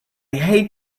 hate